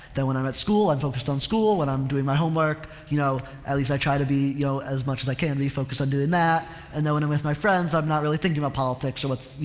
then when i'm at school i'm focused on school when i'm doing my homework, you know, at least i try to be, you know, as much as i can be focused on doing that. and then when i'm with my friends i'm not really thinking about politics or what's, you